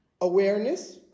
awareness